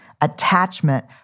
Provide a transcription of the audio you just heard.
Attachment